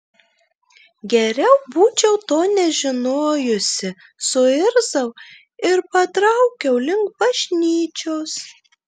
geriau būčiau to nežinojusi suirzau ir patraukiau link bažnyčios